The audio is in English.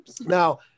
Now